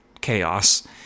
Chaos